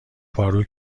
پارو